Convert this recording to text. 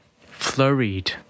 Flurried